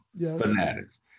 fanatics